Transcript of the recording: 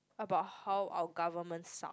about how our government suck